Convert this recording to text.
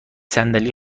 صندلی